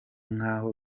nk’aho